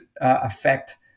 affect